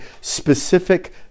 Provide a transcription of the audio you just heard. specific